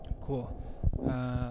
Cool